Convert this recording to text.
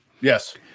Yes